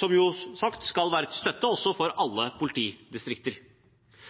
som skal være til støtte for